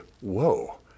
whoa